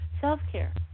Self-care